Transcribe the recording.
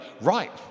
right